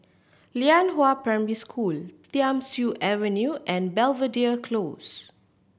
Lianhua Primary School Thiam Siew Avenue and Belvedere Close